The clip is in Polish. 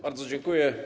Bardzo dziękuję.